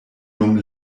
dum